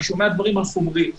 אני שומע דברים על חומרים,